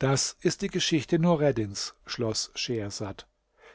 das ist die geschichte nureddins schloß schehersad